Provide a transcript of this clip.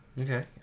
Okay